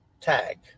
tag